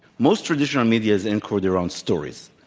most traditional media is anchored around stories.